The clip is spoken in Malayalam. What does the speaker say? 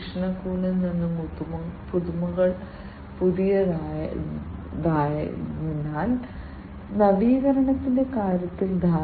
നിരവധി സിഗ്നൽ പ്രോസസ്സിംഗ് രീതികൾ പ്രയോഗിക്കുന്നതിന് അനലോഗ് ഡാറ്റയ്ക്ക് ഡിജിറ്റൽ പരിവർത്തനം ആവശ്യമാണ്